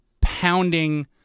pounding